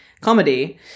comedy